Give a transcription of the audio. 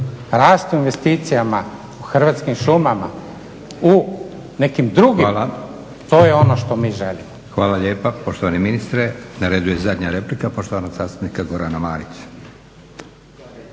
rast u investicija u Hrvatskim šumama, u nekim drugim, to je ono što mi želimo. **Leko, Josip (SDP)** Hvala. Hvala lijepa, poštovani ministre. Na redu je zadnja replika poštovanog zastupnika Gorana Marića.